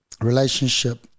relationship